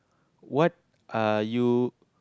what are you